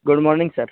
good morning sir